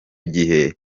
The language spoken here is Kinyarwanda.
gihe